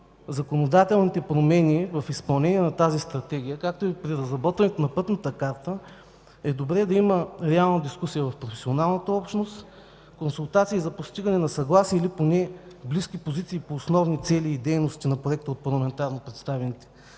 законодателните промени в изпълнение на тази Стратегия, както и при разработването на пътната карта е добре да има реална дискусия в професионалната общност, консултации за постигане на съгласие или поне на близки позиции на парламентарно представените